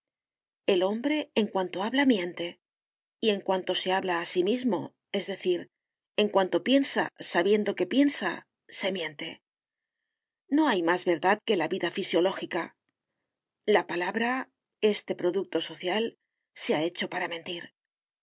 el hombre en cuanto habla miente y en cuanto se habla a sí mismo es decir en cuanto piensa sabiendo que piensa se miente no hay más verdad que la vida fisiológica la palabra este producto social se ha hecho para mentir le